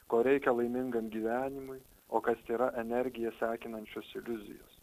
ko reikia laimingam gyvenimui o kas yra energiją sekinančios iliuzijos